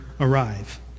arrive